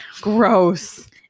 Gross